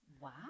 Wow